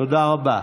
תודה רבה.